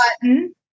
button